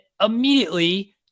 immediately